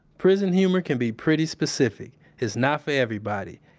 prison humor can be pretty specific it's not for everybody.